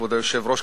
כבוד היושב-ראש,